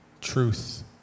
truth